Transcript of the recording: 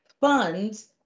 funds